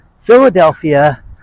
Philadelphia